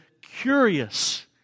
curious